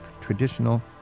traditional